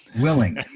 Willing